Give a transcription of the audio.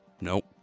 Nope